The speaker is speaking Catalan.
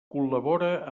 col·labora